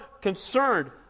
concerned